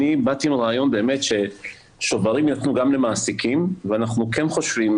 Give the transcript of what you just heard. באתי עם רעיון ששוברים יינתנו גם למעסיקים ואנחנו כן חושבים,